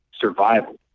survival